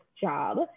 job